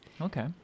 okay